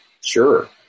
sure